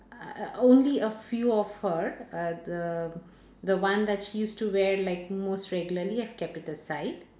uh only a few of her uh the the one that she used to wear like most regularly I've kept it aside